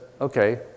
okay